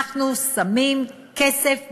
אנחנו שמים כסף בבסיס,